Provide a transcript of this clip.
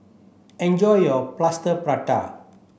enjoy your plaster prata